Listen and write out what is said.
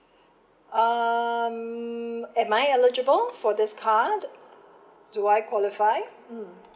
um am I eligible for this card do I qualify mm